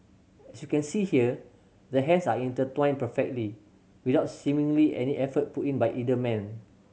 as you can see here their hands are intertwined perfectly without seemingly any effort put in by either man